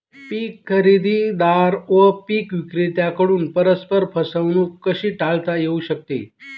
पीक खरेदीदार व पीक विक्रेत्यांकडून परस्पर फसवणूक कशी टाळता येऊ शकते?